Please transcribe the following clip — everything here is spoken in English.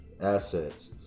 assets